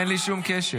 אין לי שום קשר.